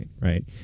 right